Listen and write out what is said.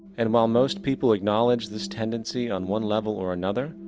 and while most people acknowledge this tendency on one level or another,